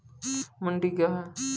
मंडी क्या हैं?